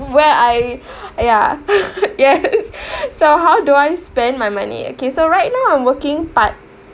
where I ya yes so how do I spend my money okay so right now I'm working part